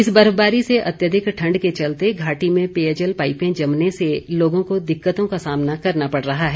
इस बर्फबारी से अत्यधिक ठण्ड के चलते घाटी में पेयजल पाईपें जमने से लोगों को दिक्कतों का सामना करना पड़ रहा है